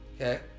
Okay